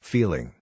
Feeling